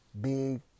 Big